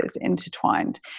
intertwined